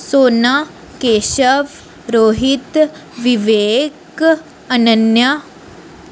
सोना केशव रोहित विवेक अनन्या